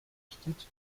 арчиж